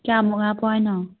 ꯀꯌꯥꯃꯨꯛ ꯍꯥꯞꯄꯣ ꯍꯥꯏꯅꯣ